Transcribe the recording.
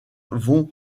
von